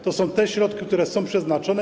To są te środki, które są przeznaczone.